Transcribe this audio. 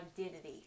identity